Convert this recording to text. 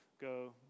go